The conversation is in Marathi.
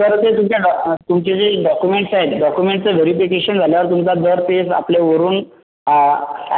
सर ते तुमच्या तुमचे जे डॉकुमेंट्स आहेत डॉकुमेंट्सचं व्हेरिफिकेशन झाल्यावर तुमचा दर तेच आपल्यावरून आ